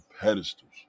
pedestals